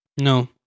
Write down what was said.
No